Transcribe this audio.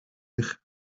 eich